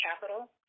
capital